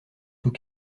tous